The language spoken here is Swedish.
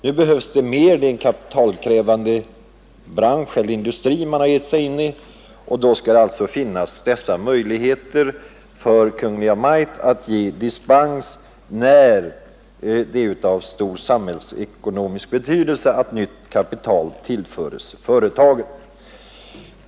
Nu behövs det mera kapital — det är en kapitalkrävande industri som man har gett sig in i. Kungl. Maj:t bör ha möjlighet att ge dispens när det är av stor samhällsekonomisk betydelse att nytt kapital tillföres företaget.